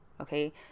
Okay